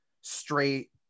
straight